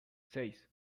seis